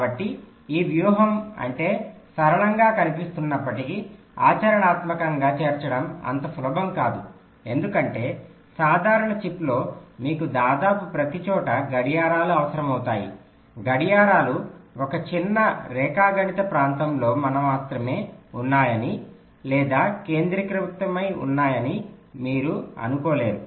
కాబట్టి ఈ వ్యూహం అంటే సరళంగా కనిపిస్తున్నప్పటికీ ఆచరణాత్మకంగా చేర్చడం అంత సులభం కాదు ఎందుకంటే సాధారణ చిప్లో మీకు దాదాపు ప్రతిచోటా గడియారాలు అవసరమవుతాయి గడియారాలు ఒక చిన్న రేఖాగణిత ప్రాంతంలో మనత్రమే ఉన్నాయని లేదా కేంద్రీకృతమై ఉంటాయని మీరు అనుకోలేరు